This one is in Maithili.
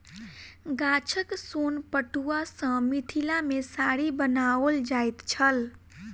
गाछक सोन पटुआ सॅ मिथिला मे साड़ी बनाओल जाइत छल